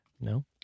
No